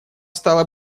стало